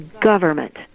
government